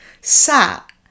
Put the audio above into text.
sat